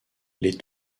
les